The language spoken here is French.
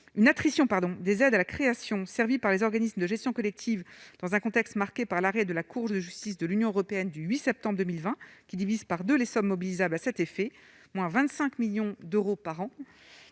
une attrition pardon des aides à la création, servi par les organismes de gestion collective dans un contexte marqué par l'arrêt de la Cour de justice de l'Union européenne du 8 septembre 2020, qui divise par 2 les sommes mobilisables à cet effet, moins 25 millions d'euros par an